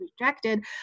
rejected